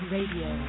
Radio